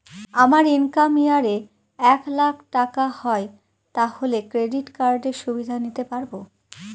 আমার income year এ এক লাক টাকা হয় তাহলে ক্রেডিট কার্ড এর সুবিধা নিতে পারবো?